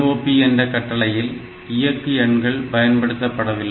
NOP என்ற கட்டளையில் இயக்கு எண்கள் பயன்படுத்தப்படவில்லை